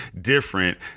different